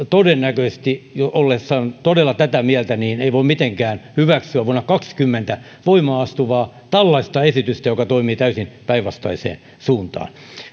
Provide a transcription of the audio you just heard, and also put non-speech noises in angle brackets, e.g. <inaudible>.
<unintelligible> todennäköisesti ollessaan jo todella tätä mieltä ei voi mitenkään hyväksyä tällaista vuonna kaksikymmentä voimaan astuvaa esitystä joka toimii täysin päinvastaiseen suuntaan